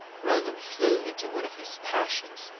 roland flew into one of his passions.